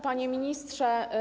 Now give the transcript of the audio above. Panie Ministrze!